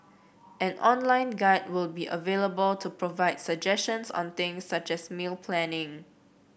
an online guide will be available to provide suggestions on things such as meal planning